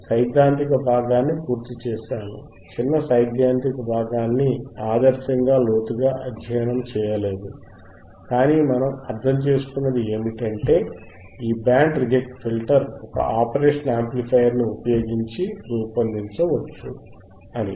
సైద్ధాంతిక భాగాన్ని పూర్తి చేసాను చిన్న సైద్ధాంతిక భాగాన్ని ఆదర్శంగా లోతుగా అధ్యయనం చేయలేదు కాని మనం అర్థం చేసుకున్నది ఏమిటంటే ఈ బ్యాండ్ రిజెక్ట్ ఫిల్టర్ ఒక ఆపరేషన్ యాంప్లిఫయర్ ని ఉపయోగించి రూపొందించవచ్చు అని